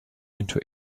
into